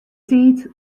tiid